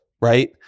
right